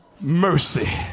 mercy